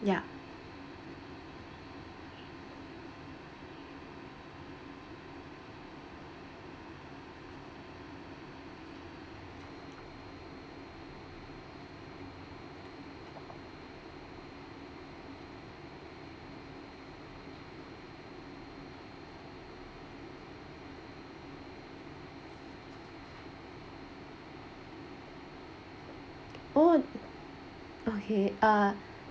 ya oh okay uh